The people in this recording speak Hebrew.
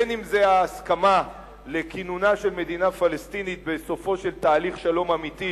בין שזה ההסכמה לכינונה של מדינה פלסטינית בסופו של תהליך שלום אמיתי,